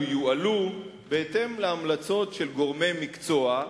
יועלו בהתאם להמלצות של גורמי מקצוע,